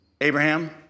Abraham